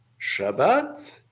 Shabbat